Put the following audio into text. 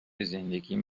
زندگیم